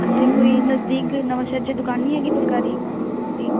ਇੱਥੇ ਕੋਈ ਨਜ਼ਦੀਕ ਨਵਾਂ ਸ਼ਹਿਰ 'ਚ ਦੁਕਾਨ ਨੀ ਹੈਗੀ ਫੁੱਲਕਾਰੀ ਦੀ